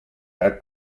air